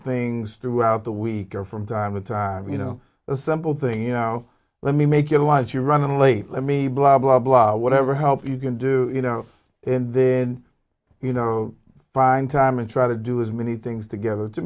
things throughout the week or from time to time you know a simple thing you know let me make it watch you running late let me blah blah blah whatever help you can do you know and then you know find time and try to do as many things together to